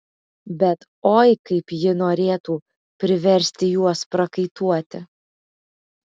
bet oi kaip ji norėtų priversti juos prakaituoti